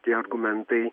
tie argumentai